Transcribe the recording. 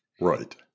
Right